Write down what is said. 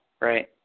right